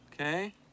Okay